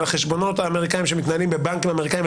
על החשבונות האמריקאיים שמתנהלים בבנקים אמריקאיים,